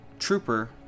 Trooper